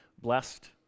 blessed